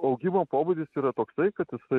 augimo pobūdis yra toksai kad jisai